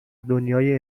دنیای